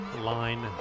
line